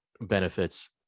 benefits